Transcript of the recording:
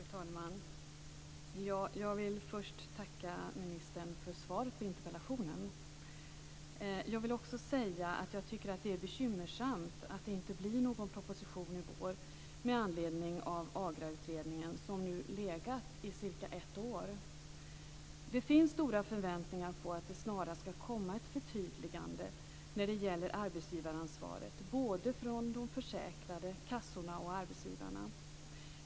Fru talman! Jag vill först tacka ministern för svaret på interpellationen. Jag vill också säga att jag tycker att det är bekymmersamt att det inte blir någon proposition i vår med anledning av AGRA utredningen. Den har nu legat i cirka ett år. Det finns, såväl från de försäkrade och kassorna som från arbetsgivarna, stora förväntningar på att det snarast skall komma ett förtydligande när det gäller arbetsgivaransvaret.